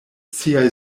siaj